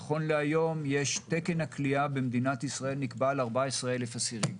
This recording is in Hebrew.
נכון להיום תקן הכליאה במדינת ישראל נקבע על 14,000 אסירים.